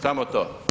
Samo to.